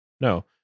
no